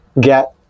Get